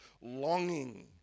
longing